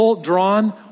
drawn